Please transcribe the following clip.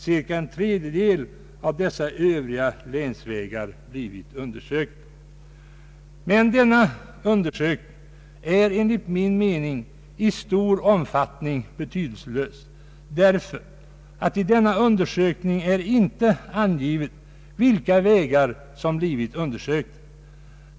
Men denna undersökning är enligt min mening till stor del betydelselös, emedan i denna undersökning inte finns angivet vilka vägar som blivit undersökta.